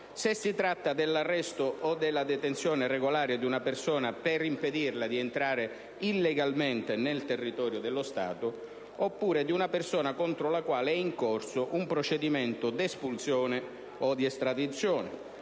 se si tratta dell'arresto o della detenzione regolare di una persona al fine di impedirle di entrare illegalmente nel territorio dello Stato, o contro la quale è in corso un procedimento di espulsione o di estradizione.